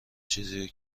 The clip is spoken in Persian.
چیزی